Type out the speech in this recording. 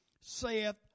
saith